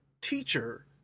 teacher